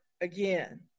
again